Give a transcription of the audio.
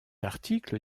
article